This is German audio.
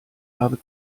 habe